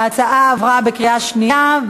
ההצעה עברה בקריאה שנייה.